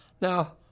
Now